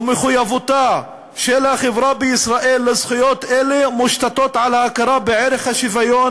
ומחויבותה של החברה בישראל לזכויות אלה מושתתת על ההכרה בערך השוויון,